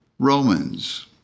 Romans